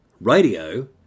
radio